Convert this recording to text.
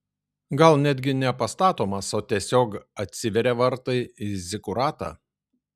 gal netgi ne pastatomas o tiesiog atsiveria vartai į zikuratą